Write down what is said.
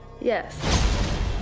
Yes